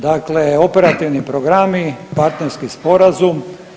Dakle, operativni programi, partnerski sporazum.